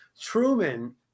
Truman